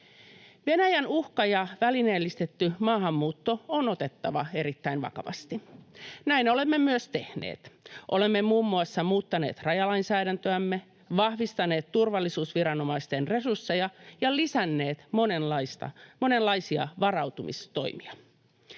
Venäjän uhka ja välineellistetty maahanmuutto on otettava erittäin vakavasti. Näin olemme myös tehneet. Olemme muun muassa muuttaneet rajalainsäädäntöämme, vahvistaneet turvallisuusviranomaisten resursseja ja lisänneet monenlaisia varautumistoimia.